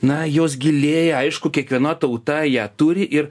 na jos gilėja aišku kiekviena tauta ją turi ir